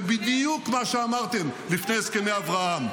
זה בדיוק מה שאמרתם לפני הסכמי אברהם.